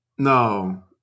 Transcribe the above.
no